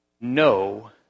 no